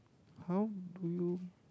how do you